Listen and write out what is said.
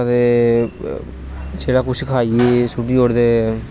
कदें जेहड़ा कुछ खाइयै पीऐ सुट्टी ओड़दे